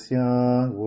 young